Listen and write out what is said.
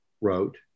wrote